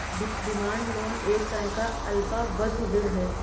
demand loan एक तरह का अल्पावधि ऋण है